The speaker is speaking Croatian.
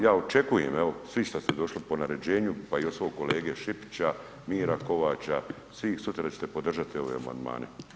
Ja očekujem, evo svi što ste došli po naređenju, pa i od svog kolege Šipića, Mira Kovača, svih sutra da ćete podržati ove amandmane.